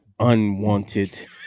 unwanted